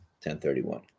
1031